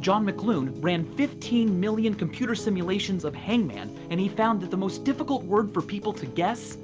john mcluhan ran fifteen million computer simulations of hangman and he found that the most difficult word for people to guess